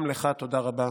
גם לך תודה רבה